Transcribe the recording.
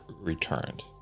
returned